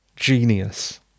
Genius